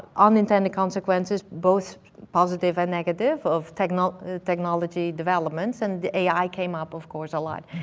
unintended consequences, both positive and negative of technology technology developments, and ai came up of course a lot.